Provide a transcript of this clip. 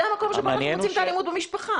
זה המקום שבו אנחנו רוצים את האלימות במשפחה,